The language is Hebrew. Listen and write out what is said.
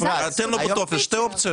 תן לו בטופס שתי אופציות.